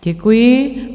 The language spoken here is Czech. Děkuji.